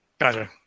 Gotcha